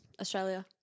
Australia